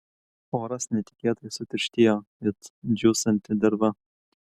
oras netikėtai sutirštėjo it džiūstanti derva